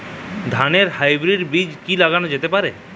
ধানের হাইব্রীড বীজ কি লাগানো যেতে পারে?